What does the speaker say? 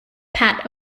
pat